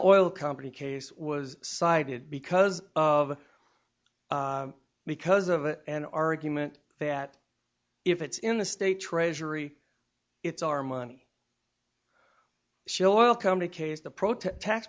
oil company case was cited because of because of an argument that if it's in the state treasury it's our money shell oil company case the protest tax